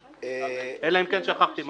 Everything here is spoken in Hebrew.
אלא אם כן שכחתי משהו.